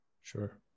Sure